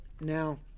Now